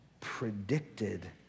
predicted